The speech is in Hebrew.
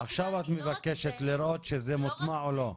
עכשיו את מבקשת לראות שזה מוטמע או לא.